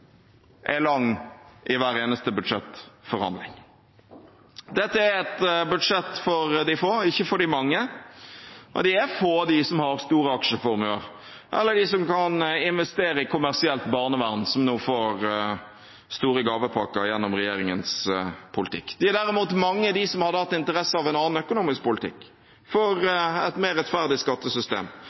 er lang i hver eneste budsjettforhandling. Dette er et budsjett for de få, ikke for de mange. De er få, de som har store aksjeformuer, eller de som kan investere i kommersielt barnevern, som nå får store gavepakker gjennom regjeringens politikk. De er derimot mange, de som hadde hatt interesse av en annen økonomisk politikk, for et mer rettferdig skattesystem,